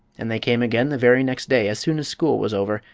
and they came again the very next day as soon as school was over,